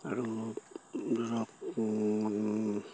আৰু ধৰক